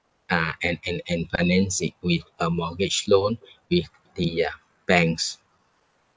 ah and and and finance it with a mortgage loan with the uh banks